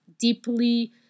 deeply